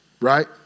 Right